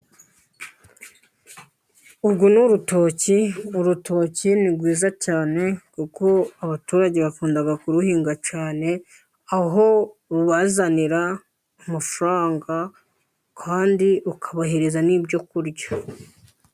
Uru ni urutoki. Urutoki ni rwiza cyane kuko abaturage bakunda kuruhinga cyane, aho rubazanira amafaranga kandi rukabahereza n'ibyo kurya.